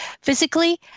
physically